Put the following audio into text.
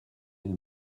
elle